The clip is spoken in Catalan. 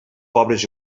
pobres